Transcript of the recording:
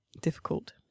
difficult